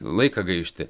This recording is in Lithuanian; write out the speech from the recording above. laiką gaišti